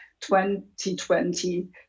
2020